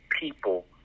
people